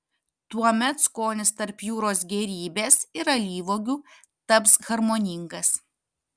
tuomet skonis tarp jūros gėrybės ir alyvuogių taps harmoningas